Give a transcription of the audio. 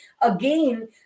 again